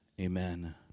amen